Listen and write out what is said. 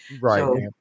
Right